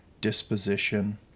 disposition